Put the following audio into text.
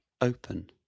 open